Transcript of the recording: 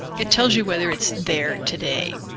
it tells you whether it's there today.